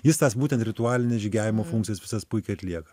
jis tas būtent ritualines žygiavimo funkcijas visas puikiai atlieka